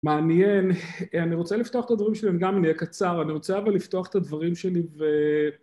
מעניין, אני רוצה לפתוח את הדברים שלי, אני גם אני אהיה קצר, אני רוצה אבל לפתוח את הדברים שלי ו...